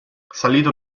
salito